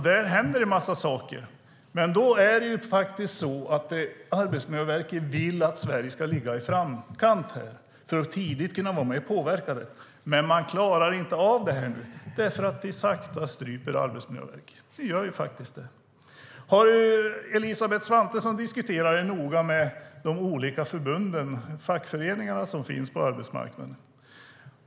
Det händer en massa saker, och Arbetsmiljöverket vill att Sverige ska ligga i framkant för att tidigt kunna vara med och påverka. Nu klarar de inte av det, eftersom Arbetsmiljöverket sakta stryps. Det är det som sker. Har Elisabeth Svantesson diskuterat frågan med de fackföreningar som finns på arbetsmarknaden?